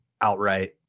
Outright